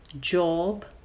job